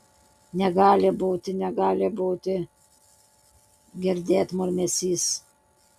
negali būti negali būti girdėt murmesys